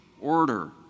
order